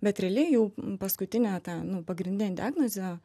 bet realiai jau paskutinę tą nu pagrindinę diagnozę